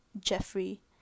Jeffrey